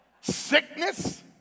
sickness